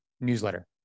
newsletter